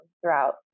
throughout